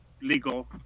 legal